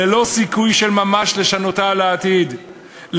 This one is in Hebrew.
ללא סיכוי של ממש לשנותה לבד.